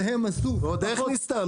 ועוד איך נסתם.